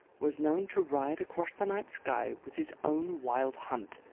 was known to ride across the night sky with his own wild hunt.